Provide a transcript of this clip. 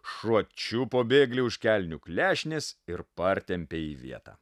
šuo čiupo bėglį už kelnių klešnės ir partempė į vietą